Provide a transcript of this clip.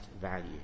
value